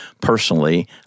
personally